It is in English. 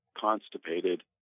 constipated